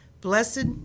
Blessed